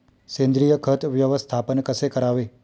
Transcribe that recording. सेंद्रिय खत व्यवस्थापन कसे करावे?